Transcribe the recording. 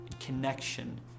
connection